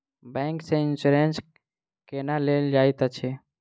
bank सँ insurance केना लेल जाइत अछि